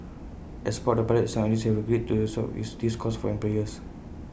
as part of the pilot some agencies have agreed to absorb this cost for employers